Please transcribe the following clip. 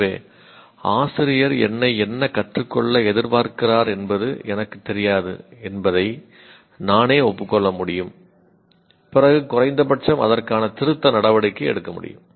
எனவே ஆசிரியர் என்னை என்ன கற்றுக்கொள்ள எதிர்பார்க்கிறார் என்பது எனக்குத் தெரியாது என்பதை நானே ஒப்புக் கொள்ள முடியும் பிறகு குறைந்த பட்சம் அதற்கான திருத்த நடவடிக்கை எடுக்க முடியும்